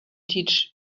teach